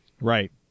Right